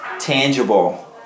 tangible